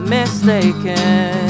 mistaken